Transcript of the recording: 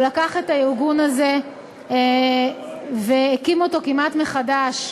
הוא לקח את הארגון הזה והקים אותו, כמעט מחדש,